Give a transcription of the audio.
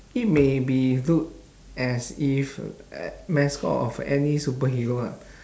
it may be look as if a~ mascot of any superhero lah